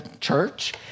church